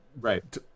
right